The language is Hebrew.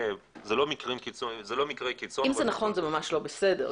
אלה לא מקרי קיצון --- אם זה נכון זה ממש לא בסדר.